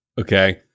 okay